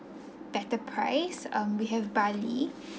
better price um we have bali